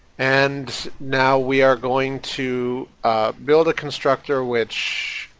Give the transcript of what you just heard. and now we are going to build a constructor which,